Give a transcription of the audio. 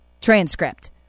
transcript